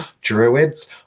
Druids